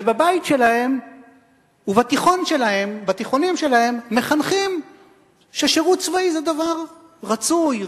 ובבית שלהם ובתיכונים שלהם מחנכים ששירות צבאי זה דבר רצוי,